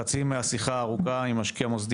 חצי מהשיחה הארוכה עם משקיע מוסדי